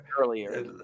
earlier